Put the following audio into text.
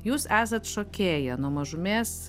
jūs esat šokėja nuo mažumės